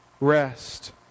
rest